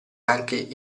anche